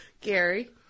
Gary